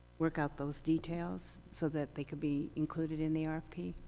work out those details so that they could be included in the um